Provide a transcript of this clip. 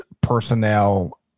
personnel